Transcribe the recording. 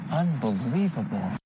unbelievable